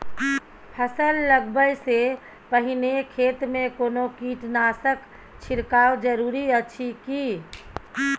फसल लगबै से पहिने खेत मे कोनो कीटनासक छिरकाव जरूरी अछि की?